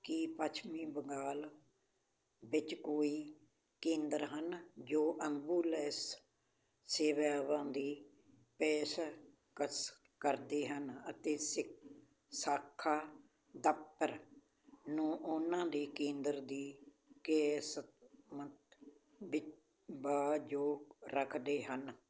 ਕੀ ਪੱਛਮੀ ਬੰਗਾਲ ਵਿੱਚ ਕੋਈ ਕੇਂਦਰ ਹਨ ਜੋ ਐਂਬੂਲੈਸ ਸੇਵਾਵਾਂ ਦੀ ਪੇਸ਼ਕਸ਼ ਕਰਦੇ ਹਨ ਅਤੇ ਸੇ ਸ਼ਾਖਾ ਦਫ਼ਤਰ ਨੂੰ ਉਹਨਾਂ ਦੇ ਕੇਂਦਰ ਦੀ ਕਿਸਮ ਵਿ ਵਜੋਂ ਰੱਖਦੇ ਹਨ